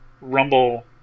Rumble